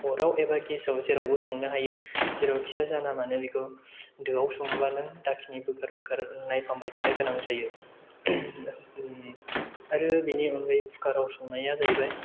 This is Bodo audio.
अराव एबा गेसाव जेरावबो संनो हायो जेरावखि जाया जाना मानो बेखौ दोआव सङोबा नों दाखिनि बोखार बोखार नायफामबाय थानो गोनां जायो आरो बिनि अनगायै कुकार आव संनाया जाहैबाय